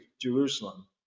Jerusalem